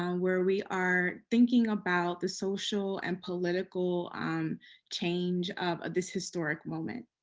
um where we are thinking about the social and political change of of this historic moment,